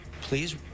please